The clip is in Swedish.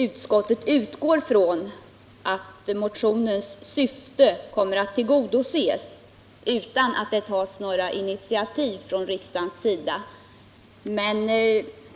Utskottet utgår ifrån att motionens syfte kommer att tillgodoses utan att riksdagen tar några initiativ.